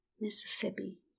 Mississippi